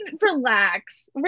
relax